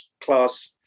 class